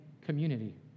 community